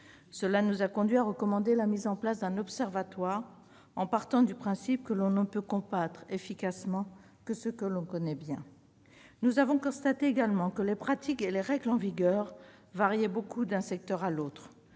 Cela nous a conduits à recommander la mise en place d'un observatoire, partant du principe que l'on ne peut combattre efficacement que ce que l'on connaît bien. Nous avons également constaté que les pratiques et les règles en vigueur variaient beaucoup d'un secteur à l'autre